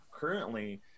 currently